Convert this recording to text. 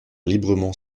librement